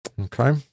Okay